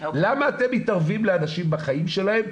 למה אתם מתערבים לאנשים בחיים שלהם,